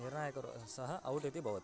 निर्नायकः सः औट् इति भवति